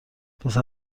پسر